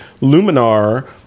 Luminar